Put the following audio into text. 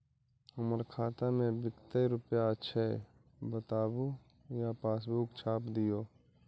हमर खाता में विकतै रूपया छै बताबू या पासबुक छाप दियो?